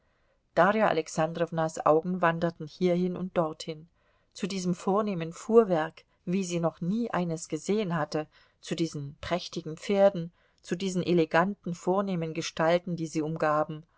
darja alexandrownas augen wanderten hierhin und dorthin zu diesem vornehmen fuhrwerk wie sie noch nie eines gesehen hatte zu diesen prächtigen pferden zu diesen eleganten vornehmen gestalten die sie umgaben